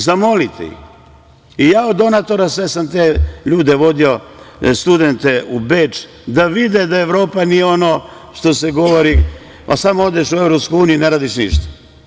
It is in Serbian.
Zamolite ih i ja od donatora sve sam te ljude vodio, studente u Beč, da vide da Evropa nije ono što se govori, pa samo odeš u EU i ne radiš ništa.